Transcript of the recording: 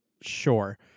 sure